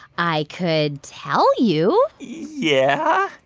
i could tell you yeah?